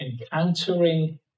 Encountering